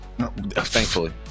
Thankfully